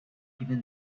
even